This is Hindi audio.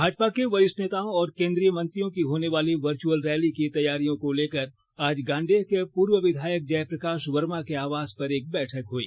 भाजपा के वरिष्ठ नेताओं और केंद्रीय मंत्रियों की होने वाली वर्चुअल रैली की तैयारियों को लेकर आज गांडेय के पूर्व विधायक जय प्रकाश वर्मा के आवास पर एक बैठक हुई